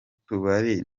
tubari